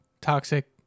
toxic